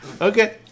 Okay